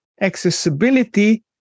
accessibility